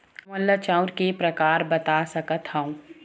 हमन ला चांउर के प्रकार बता सकत हव?